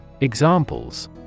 Examples